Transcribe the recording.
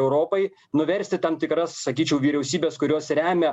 europai nuversti tam tikras sakyčiau vyriausybes kuriuos remia